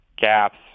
gaps